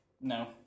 No